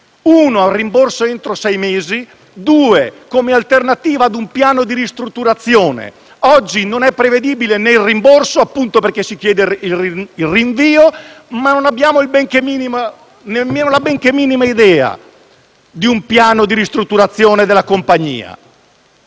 al rimborso entro sei mesi ovvero come alternativa, a un piano di ristrutturazione. Oggi non è prevedibile un rimborso, appunto perché si chiede un rinvio, ma non abbiamo nemmeno la benché minima idea di un piano di ristrutturazione della compagnia.